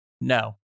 no